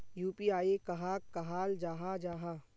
UPI कहाक कहाल जाहा जाहा?